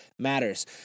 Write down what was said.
matters